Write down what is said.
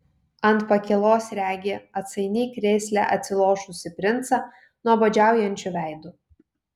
ant pakylos regi atsainiai krėsle atsilošusį princą nuobodžiaujančiu veidu